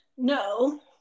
No